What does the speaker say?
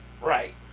Right